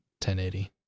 1080